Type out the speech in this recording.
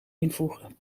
invoegen